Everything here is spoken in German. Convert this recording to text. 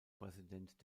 präsident